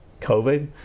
COVID